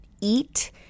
eat